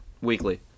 weekly